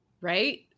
Right